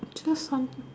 tres on